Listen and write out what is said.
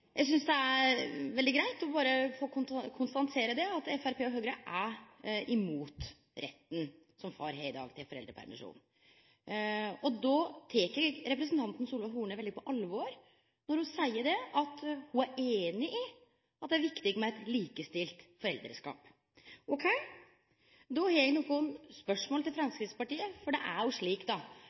veldig greit å få konstatert at Framstegspartiet og Høgre er imot den retten som far i dag har til foreldrepermisjon. Eg tek representanten Solveig Horne på alvor når ho seier at ho er einig i at det viktig med eit likestilt foreldreskap. Då har eg nokre spørsmål til Framstegspartiet. Det kan kanskje bli ein klisjé og ei mykje bruka setning, men det er no slik